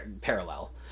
parallel